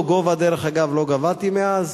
אותו גובה, דרך אגב, לא גבהתי מאז.